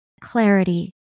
clarity